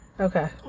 Okay